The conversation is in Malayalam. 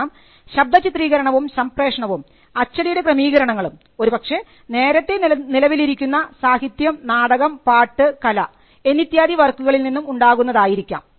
കാരണം ശബ്ദ ചിത്രീകരണവും സംപ്രേഷണവും അച്ചടിയുടെ ക്രമീകരണങ്ങളും ഒരുപക്ഷേ നേരത്തെ നിലവിലിരിക്കുന്ന സാഹിത്യം നാടകം പാട്ട് കല എന്നിത്യാദി വർക്കുകളിൽ നിന്നും ഉണ്ടാകുന്നതായിരിക്കാം